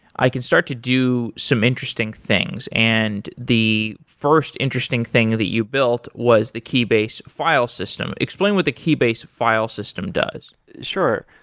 i can start to do some interesting things. and the first interesting thing that you built was the keybase file system. explain what the keybase file system does sure.